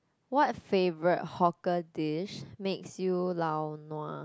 what favorite hawker dish makes you lao nua